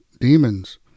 demons